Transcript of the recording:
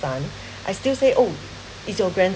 son I still say oh is your grand